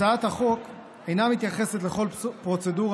הצעת החוק אינה מתייחסת לכל פרוצדורה